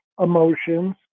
emotions